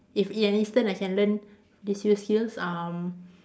if in an instant I can learn these new skills um